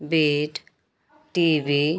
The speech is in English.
bed TV